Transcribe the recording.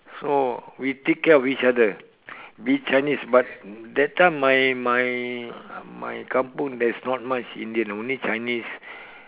so we take care of each other be it Chinese but that time my my my kampung there's not much Indian only Chinese